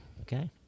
Okay